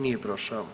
Nije prošao.